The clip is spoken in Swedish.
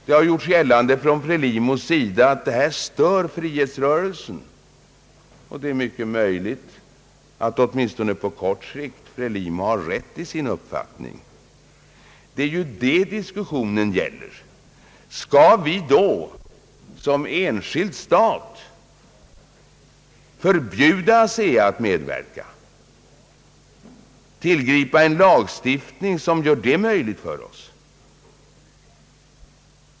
Det har gjorts gällande från Frelimos sida att kraftverkets tillkomst stör frihetsrörelsen, och det är mycket möjligt att Frelimo på kort sikt har rätt i sin uppfattning. Det är detta diskussionen gäller. Kan vi förbjuda ASEA att medverka genom att tillgripa en särskild lagstiftning?